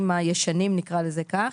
הקררים הישנים, נקרא לזה כך,